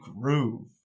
Groove